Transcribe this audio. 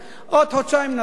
עוד חודשיים נדון.